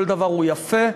כל דבר הוא יפה,